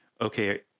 okay